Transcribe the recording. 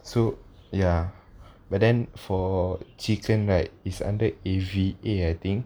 so ya but then for chicken right is ended A_V_A I think